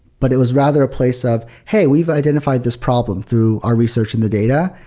but it was rather a place of hey, we've identified this problem through our research in the data.